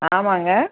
ஆமாம்ங்க